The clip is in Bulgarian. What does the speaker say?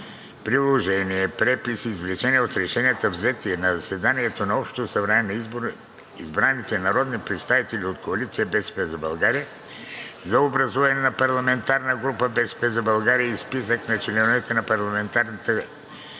Приложение: Препис-извлечение от решенията, взети на заседания на общото събрание на избраните народни представители от Коалиция „БСП за България“ за образуване на парламентарна група „БСП за България“, и списък на членовете на ПГ